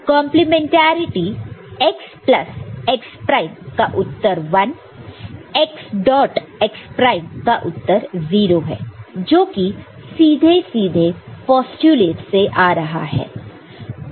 complementarity x plus x prime उत्तर 1 x dot x prime का उत्तर 0 है जो कि सीधे सीधे पोस्टयूलेटस से आ रहा है